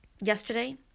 Yesterday